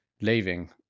leaving